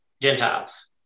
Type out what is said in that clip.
Gentiles